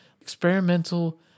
experimental